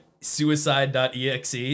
Suicide.exe